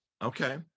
Okay